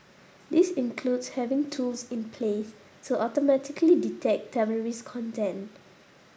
this includes having tools in place to automatically detect terrorist content